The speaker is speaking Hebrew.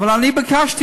אבל אני ביקשתי,